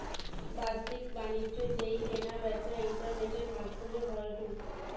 বাদ্দিক বাণিজ্য যেই কেনা বেচা ইন্টারনেটের মাদ্ধমে হয়ঢু